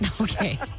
Okay